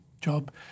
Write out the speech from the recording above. job